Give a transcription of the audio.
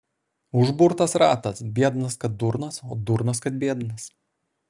užburtas ratas biednas kad durnas o durnas kad biednas